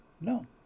No